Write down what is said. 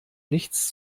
nichts